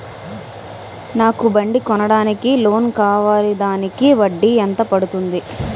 నాకు బండి కొనడానికి లోన్ కావాలిదానికి వడ్డీ ఎంత పడుతుంది?